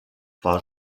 war